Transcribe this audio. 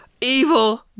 evil